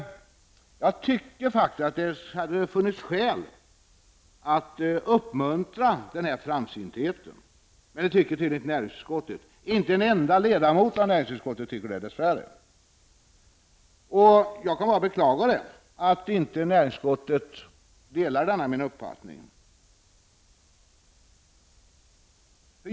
Jag tycker faktiskt att det hade funnits skäl att uppmuntra den framsyntheten, men det tycker tydligen inte näringsutskottet. Dess värre tycker inte en enda ledamot av näringsutskottet detta. Jag kan bara beklaga att inte näringsutskottet delar denna min uppfattning.